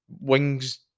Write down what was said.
wings